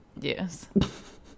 yes